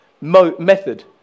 method